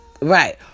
Right